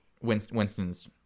Winston's